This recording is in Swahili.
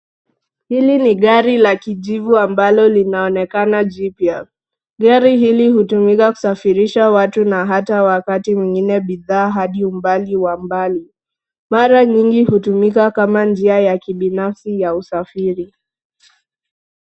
Hili ni gari la kijivu ambalo linaonekana jipya. Gari hili hutumika kusafirisha watu na hata wakati mwingine bidhaa hadi umbali wa mbali. Mara nyingi hutumika kama njia ya kibinafsi ya usafiri.